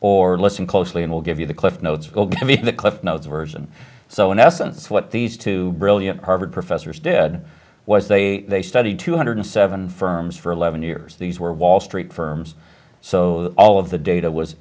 or listen closely and will give you the cliff notes the cliff notes version so in essence what these two brilliant harvard professors did was they studied two hundred seven firms for eleven years these were wall street firms so all of the data was